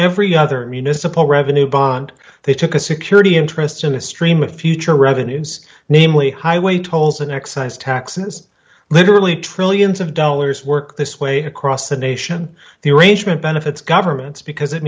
every other municipal revenue bond they took a security interest in a stream of future revenues namely highway tolls and excise taxes literally trillions of dollars work this way across the nation the arrangement benefits governments because it